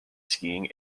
skiing